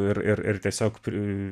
ir ir ir tiesiog pri